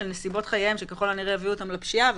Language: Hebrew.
של נסיבות חייהם שככל הנראה הביאו אותם לפשיעה,